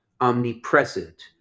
omnipresent